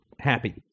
happy